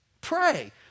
Pray